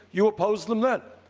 you opposed him then.